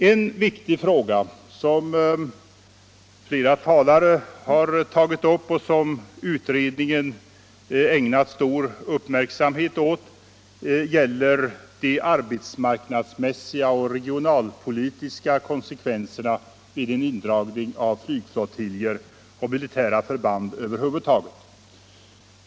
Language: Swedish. En viktig fråga, som flera talare har tagit upp och som utredningen ägnat stor uppmärksamhet åt, gäller de arbetsmarknadsmässiga och regionalpolitiska konsekvenserna vid en indragning av flygflottiljer och militära förband över huvud taget.